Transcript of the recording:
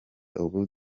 ubu